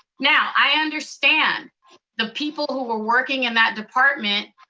now, i understand the people who were working in that department,